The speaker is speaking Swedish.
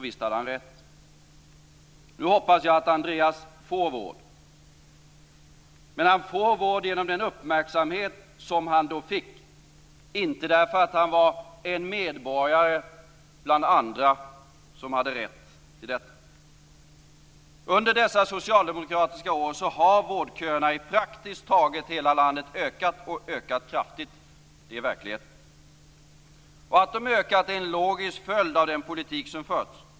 Visst hade han rätt. Nu hoppas jag att Andreas får vård. Men han får vård genom den uppmärksamhet som han fick, och inte därför att han var en medborgare bland andra som hade rätt till detta. Under dessa socialdemokratiska år har vårdköerna i praktiskt taget hela landet ökat, och ökat kraftigt. Det är verkligheten. Att de ökat är en logisk följd av den politik som förts.